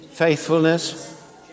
faithfulness